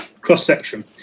cross-section